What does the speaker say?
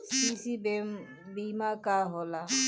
CC सीमा का होला?